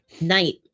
Night